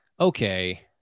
okay